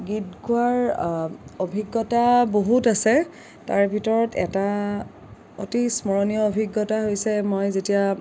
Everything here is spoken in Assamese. গীত গোৱাৰ অভিজ্ঞতা বহুত আছে তাৰ ভিতৰত এটা অতি স্মৰণীয় অভিজ্ঞতা হৈছে মই যেতিয়া